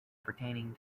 pertaining